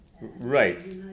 Right